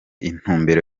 intumbero